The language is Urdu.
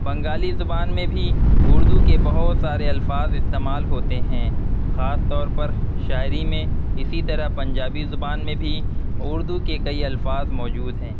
بنگالی زبان میں بھی اردو کے بہت سارے الفاظ استعمال ہوتے ہیں خاص طور پر شاعری میں اسی طرح پنجابی زبان میں بھی اردو کے کئی الفاظ موجود ہیں